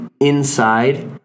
inside